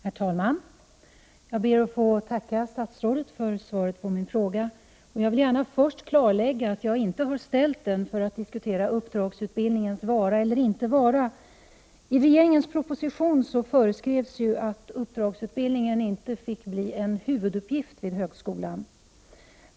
Herr talman! Jag ber att få tacka statsrådet för svaret på min fråga. Jag vill gärna med en gång klarlägga att jag inte har framställt denna därför att jag vill diskutera uppdragsutbildningens vara eller inte vara. I regeringens proposition föreskrivs att uppdragsutbildning inte får bli en huvuduppgift vid högskolan.